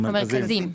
המרכזים.